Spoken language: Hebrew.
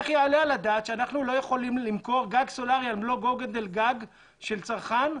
איך יעלה על הדעת שאנחנו לא יכולים למכור גג סולרי על גודל גג של צרכן?